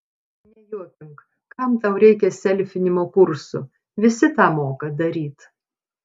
nejuokink kam tau reikia selfinimo kursų visi tą moka daryt